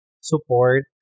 support